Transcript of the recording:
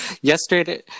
Yesterday